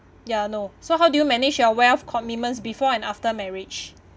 ya no so how do you manage your wealth commitments before and after marriage